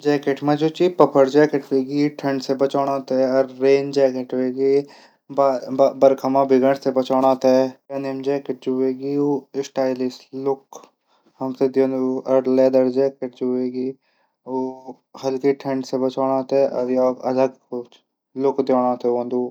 जैकेट मा पकोड जैकेट हवेग्या ठंड से बचाणो थै। रेन जैकेट हवेग्या बरखा मा भिगोण से बचौण तै। एनीम जैकेट जू वेगे। स्टाइलिस्ट लुक इन्हे उनै जाणू थै। लैदर जेकेट जू वेगे। हल्की ठंड से बचाणो थै।